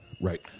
Right